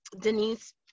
Denise